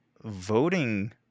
voting